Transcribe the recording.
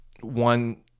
one